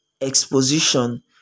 exposition